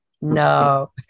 No